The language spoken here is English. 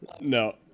No